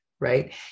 right